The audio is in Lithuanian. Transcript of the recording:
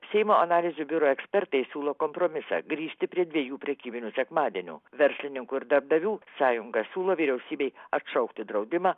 seimo analizių biuro ekspertai siūlo kompromisą grįžti prie dviejų prekybinių sekmadienių verslininkų ir darbdavių sąjunga siūlo vyriausybei atšaukti draudimą